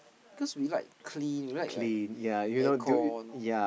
because we like clean we like like air con